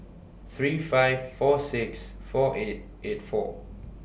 three five four six four eight eight four